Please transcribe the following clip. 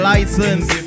License